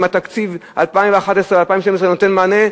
אם תקציב 2011 2012 נותן להם מענה,